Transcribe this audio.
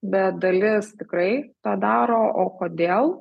bet dalis tikrai tą daro o kodėl